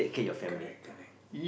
correct correct